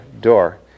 door